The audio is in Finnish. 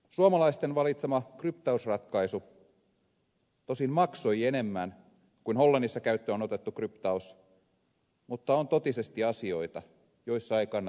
suomalaisten valitsema kryptausratkaisu tosin maksoi enemmän kuin hollannissa käyttöön otettu kryptaus mutta on totisesti asioita joissa ei kannata säästää